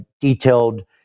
detailed